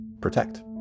protect